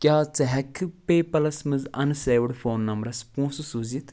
کیٛاہ ژٕ ہیٚکہٕ کھہٕ پے پَلس منٛز اَن سیوٕڈ فوٗن نمبرَس پونٛسہٕ سوٗزِتھ